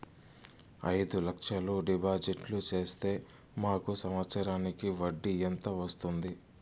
అయిదు లక్షలు డిపాజిట్లు సేస్తే మాకు సంవత్సరానికి వడ్డీ ఎంత వస్తుంది?